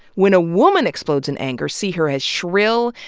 when a woman explodes in anger, see her as shrill,